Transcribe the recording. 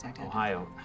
Ohio